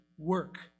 Work